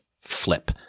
flip